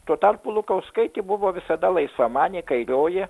tuo tarpu lukauskaitė buvo visada laisvamanė kairioji